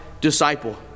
disciple